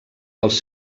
pels